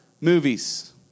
movies